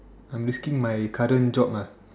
I'm risking my current job ah